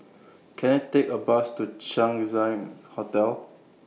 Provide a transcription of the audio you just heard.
Can I Take A Bus to Chang Ziang Hotel